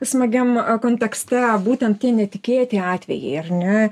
smagiam kontekste būtent tie netikėti atvejai ar ne